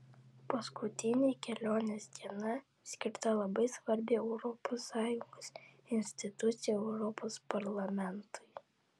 paskutinė kelionės diena skirta labai svarbiai europos sąjungos institucijai europos parlamentui